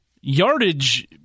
yardage